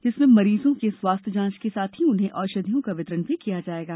जिसमें मरीजों के स्वास्थ्य जांच के साथ ही उन्हें औषधियों का वितरण भी किया जायेगा